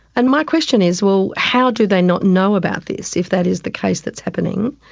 and my question is, well, how do they not know about this if that is the case that's happening,